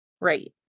right